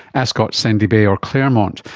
ascot, sandy bay or claremont.